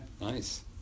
nice